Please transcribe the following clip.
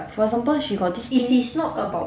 for example she got this